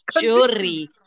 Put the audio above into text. Jury